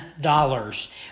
dollars